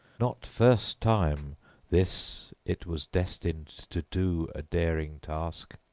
not first time this it was destined to do a daring task.